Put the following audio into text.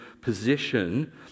position